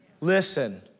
Listen